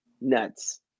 nuts